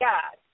God